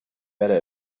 better